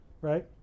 right